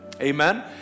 amen